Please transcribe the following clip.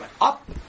Up